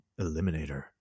eliminator